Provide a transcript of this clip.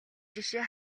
жишээ